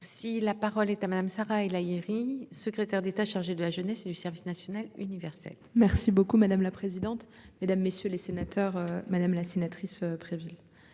Si la parole est à madame Sarah El Haïry, secrétaire d'État chargée de la jeunesse et du service national universel. Merci beaucoup madame la présidente, mesdames, messieurs les sénateurs, madame la sénatrice Préville.